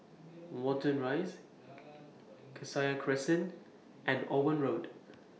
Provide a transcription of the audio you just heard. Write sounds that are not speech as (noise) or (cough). (noise) Watten Rise Cassia Crescent and Owen Road